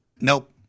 Nope